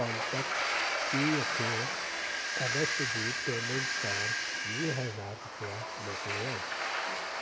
contact पीउ खे अगस्त जी पेमेंट तोरु वीह हज़ार रुपिया मोकिलियो